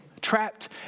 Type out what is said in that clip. trapped